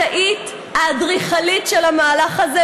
את היית האדריכלית של המהלך הזה,